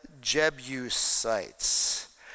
Jebusites